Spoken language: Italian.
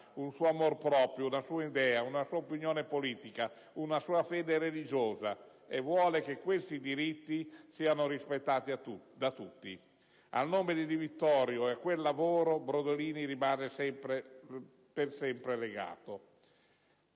un suo amor proprio, una sua idea, una sua opinione politica, una sua fede religiosa e vuole che questi diritti siano rispettati da tutti». Al nome di Di Vittorio e a quel lavoro Brodolini rimase per sempre legato.